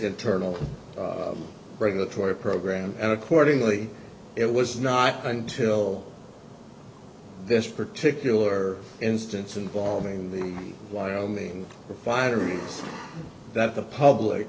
internal regulatory program and accordingly it was not until this particular instance involving the wyoming fiery that the public